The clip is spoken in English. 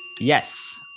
Yes